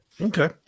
Okay